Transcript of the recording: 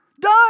Done